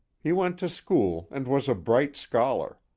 he went to school and was a bright scholar.